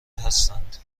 هستند